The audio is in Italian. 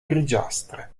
grigiastre